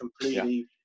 completely